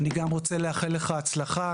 אני גם רוצה לאחל לך הצלחה,